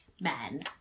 Man